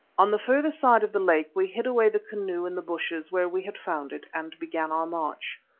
on the further side of the lake we hid away the canoe in the bushes where we had found it, and began our march.